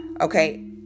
Okay